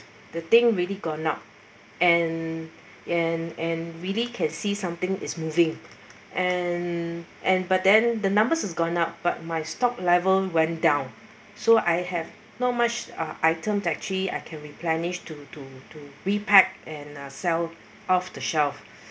the thing really gone up and and and really can see something is moving and and but then the numbers have gone up but my stock level went down so I have not much uh item actually I can replenish to to to repack and uh sell off the shelf